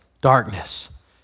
darkness